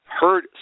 heard